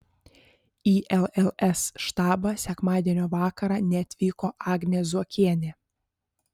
į lls štabą sekmadienio vakarą neatvyko agnė zuokienė